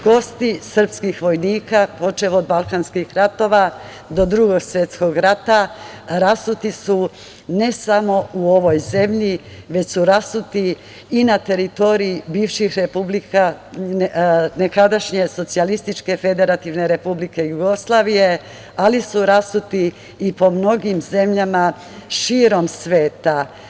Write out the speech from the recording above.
Kosti srpskih vojnika počev od Balkanskih ratova do Drugog svetskog rata rasuti su ne samo u ovoj zemlji, već su rasuti i na teritoriji bivših republika, nekadašnje Socijalističke Federativne Republike Jugoslavije, ali su rasuti i po mnogim zemljama širom sveta.